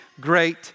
great